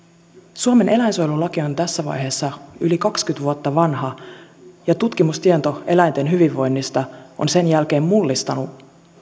suomen eläinsuojelulaki on tässä vaiheessa yli kaksikymmentä vuotta vanha ja tutkimustieto eläinten hyvinvoinnista on sen jälkeen mullistanut